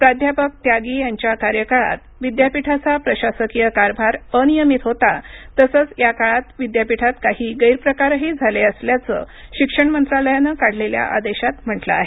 प्राध्यापक त्यागी यांच्या कार्यकाळात विद्यापीठाचा प्रशासकीय कारभार अनियमित होता तसंच या काळात विद्यापीठात काही गैरप्रकारही झाले असल्याचं शिक्षण मंत्रालयानं काढलेल्या आदेशात म्हटलं आहे